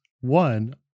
one